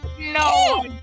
No